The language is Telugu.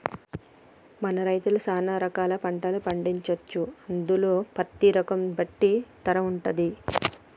మన రైతులు సాన రకాల పంటలు పండించొచ్చు అందులో పత్తి రకం ను బట్టి ధర వుంటది